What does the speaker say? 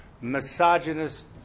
misogynist